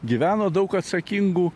gyveno daug atsakingų